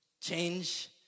Change